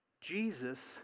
Jesus